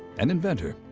an inventor,